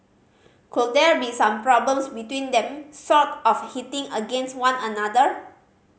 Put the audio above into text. could there be some problems between them sort of hitting against one another